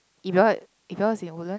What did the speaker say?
if your if yours in Woodlands